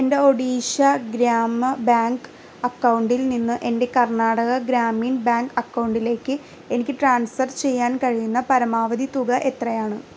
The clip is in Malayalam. എൻ്റെ ഒഡീഷ ഗ്രാമ ബാങ്ക് അക്കൗണ്ടിൽ നിന്ന് എൻ്റെ കർണ്ണാടക ഗ്രാമീൺ ബാങ്ക് അക്കൗണ്ടിലേക്ക് എനിക്ക് ട്രാൻസ്ഫർ ചെയ്യാൻ കഴിയുന്ന പരമാവധി തുക എത്രയാണ്